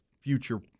future